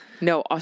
No